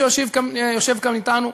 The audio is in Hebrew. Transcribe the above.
שיושב כאן אתנו.